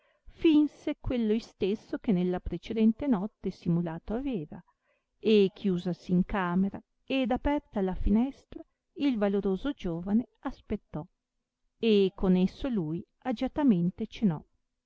finse quello istesso che nella precedente notte simulato aveva e chiusasi in camera ed aperta la finestra il valoroso giovane aspettò e con esso lui agiatamente cenò